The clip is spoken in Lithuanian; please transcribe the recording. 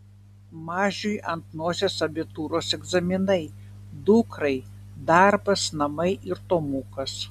mažiui ant nosies abitūros egzaminai dukrai darbas namai ir tomukas